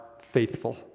faithful